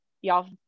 y'all